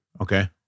Okay